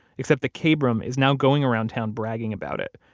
except that kabrahm is now going around town bragging about it,